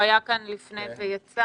הוא היה כאן לפני ויצא,